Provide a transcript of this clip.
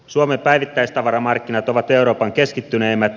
suomen päivittäistavaramarkkinat ovat euroopan keskittyneimmät